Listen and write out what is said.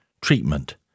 treatment